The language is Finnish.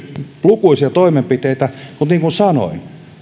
lukuisia toimenpiteitä mutta niin kuin sanoin